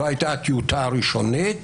זאת הייתה הטיוטה הראשונית